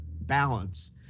balance